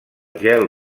gel